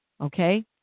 Okay